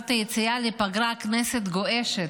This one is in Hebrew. לפגרה, הכנסת גועשת,